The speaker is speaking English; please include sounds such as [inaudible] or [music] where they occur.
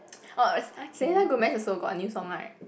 [noise] orh [noise] Selena Gomez also got a new song right